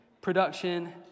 production